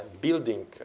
building